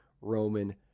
Roman